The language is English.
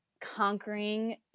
conquering